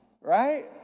Right